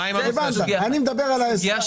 אני מדבר על --- בסדר,